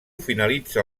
finalitza